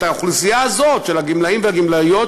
את האוכלוסייה הזאת של הגמלאים והגמלאיות,